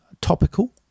topical